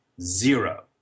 zero